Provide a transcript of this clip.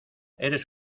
eres